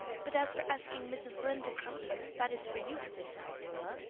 but as for asking mrs. lynde to come here, that is for you to decide, marilla.